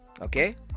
Okay